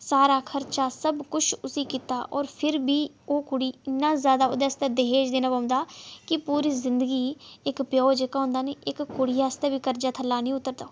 सारा खर्चा सब किश उसी कीता और फ्ही बी ओह् कुड़ी इन्ना जैदा उ'दे आस्तै दाज देना पौंदा कि पूरी जिंदगी इक प्यो जेह्का होंदा निं इक कुड़िये आस्तै बी कर्जे थल्लै निं उतरदा